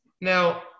now